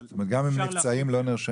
אבל --- זאת אומרת גם אם נפצעים לא נרשמים?